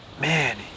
man